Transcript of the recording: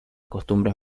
costumbres